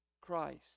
Christ